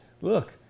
look